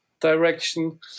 direction